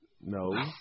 No